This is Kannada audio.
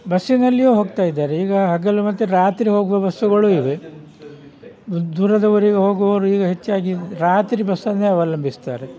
ಬಸ್ಸಿನಲ್ಲಿಯೂ ಹೋಗ್ತಾಯಿದ್ದಾರೆ ಈಗ ಹಗಲು ಮತ್ತೆ ರಾತ್ರಿ ಹೋಗುವ ಬಸ್ಸುಗಳೂ ಇವೆ ದೂರದ ಊರಿಗೆ ಹೋಗುವವರು ಈಗ ಹೆಚ್ಚಾಗಿ ರಾತ್ರಿ ಬಸ್ಸನ್ನೇ ಅವಲಂಬಿಸ್ತಾರೆ